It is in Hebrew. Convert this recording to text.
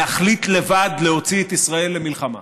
להחליט לבד להוציא את ישראל למלחמה.